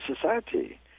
society